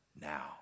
now